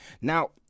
Now